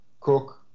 Cook